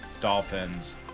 dolphins